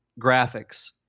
graphics